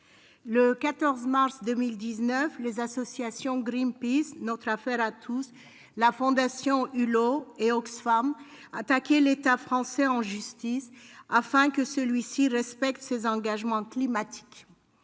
le 14 mars 2019, les associations Greenpeace, Notre Affaire à Tous, la fondation Hulot et Oxfam attaquaient l'État français en justice afin que celui-ci respecte ses engagements climatiques.